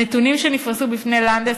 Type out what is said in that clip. הנתונים שנפרסו בפני לנדס,